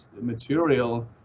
material